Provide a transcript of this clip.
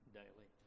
daily